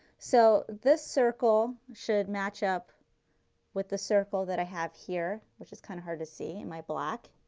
so this circle should match up with the circle that i have here which is kind of hard to see in my black.